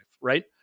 right